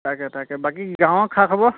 তাকে তাকে বাকী গাঁৱৰ খা খবৰ